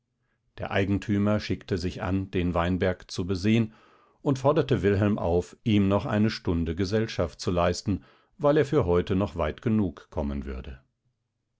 der eigentümer schickte sich an den weinberg zu besehen und forderte wilhelm auf ihm noch eine stunde gesellschaft zu leisten weil er für heute noch weit genug kommen würde